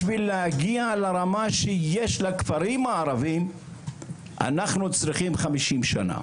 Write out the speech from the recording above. בשביל להגיע לרמה שיש לכפרים הערבים אנחנו צריכים 50 שנה.